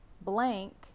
blank